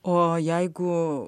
o jeigu